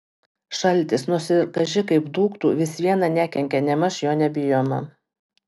šaltis nors ir kaži kaip dūktų vis viena nekenkia nėmaž jo nebijoma